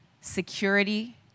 security